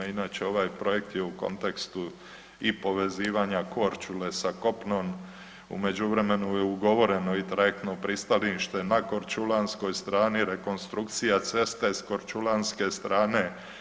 Inače ovaj projekt je u kontekstu i povezivanja Korčule sa kopnom, u međuvremenu je ugovoreno i trajektno pristanište na korčulanskoj strani, rekonstrukcija ceste s korčulanske strane.